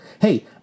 hey